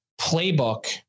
playbook